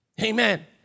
Amen